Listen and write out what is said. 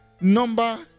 number